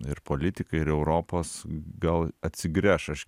ir politikai ir europos gal atsigręš aš